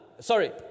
Sorry